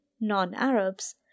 non-Arabs